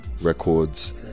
records